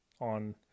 on